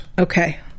Okay